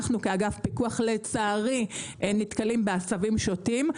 אנחנו כאגף פיקוח, לצערי, נתקלים בעשבים שוטים.